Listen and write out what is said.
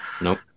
Nope